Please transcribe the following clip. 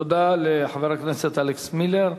תודה לחבר הכנסת אלכס מילר.